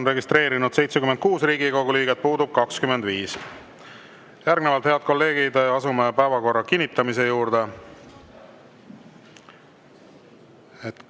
on registreerunud 76 Riigikogu liiget, puudub 25. Järgnevalt, head kolleegid, asume päevakorra kinnitamise juurde.